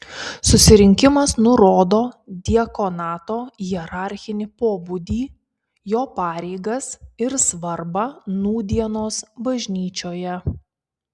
susirinkimas nurodo diakonato hierarchinį pobūdį jo pareigas ir svarbą nūdienos bažnyčioje